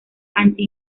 anti